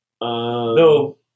no